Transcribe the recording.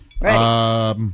Right